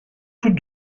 tous